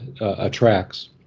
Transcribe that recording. attracts